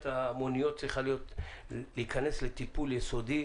המוניות צריכה להיכנס לטיפול יסודי,